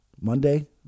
Monday